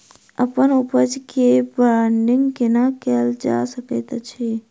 अप्पन उपज केँ ब्रांडिंग केना कैल जा सकैत अछि?